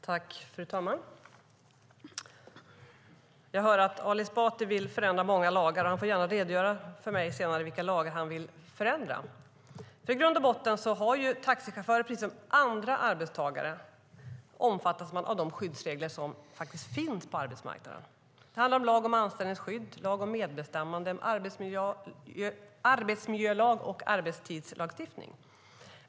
Fru talman! Jag hör att Ali Esbati vill förändra många lagar. Han får gärna redogöra för mig senare vilka lagar han vill förändra. I grund och botten omfattas taxichaufförer precis som andra arbetstagare av de skyddsregler som faktiskt finns på arbetsmarknaden. Det handlar om lagen om anställningsskydd, lagen om medbestämmande, arbetsmiljölagen och arbetstidslagstiftningen.